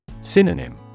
Synonym